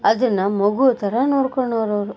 ಅದನ್ನು ಮಗು ಥರ ನೋಡ್ಕೊಳೋರ್ ಅವರು